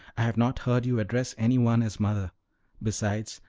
i have not heard you address any one as mother besides,